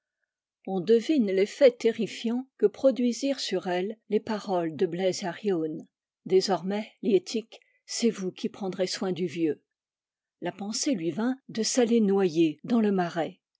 on devine l'effet terrifiant que produisirent sur elle les paroles de bleiz ar yeun désormais liettik c'est vous qui prendrez soin du vieux la pensée lui vint de s'aller noyer dans le marais